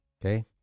okay